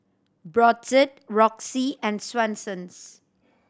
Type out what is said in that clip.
Brotzeit Roxy and Swensens